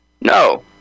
No